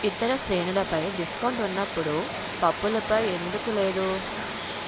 ఇతర శ్రేణులపై డిస్కౌంట్ ఉన్నప్పుడు పప్పులపై ఎందుకు లేదు